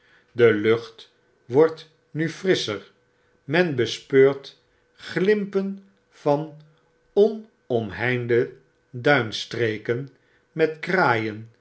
de lucht wordt nu frisscher men bespeurt flimpen van onomheinde duinstreken met raaien